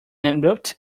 abrupt